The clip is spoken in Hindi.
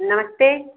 नमस्ते